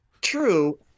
true